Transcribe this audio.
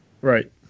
Right